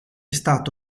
stato